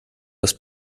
das